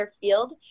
field